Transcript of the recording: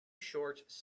shorts